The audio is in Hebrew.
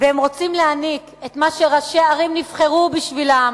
ולהעניק לתושבים את מה שראשי הערים נבחרו בשבילו,